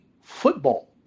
football